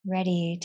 ready